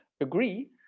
agree